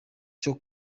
cyo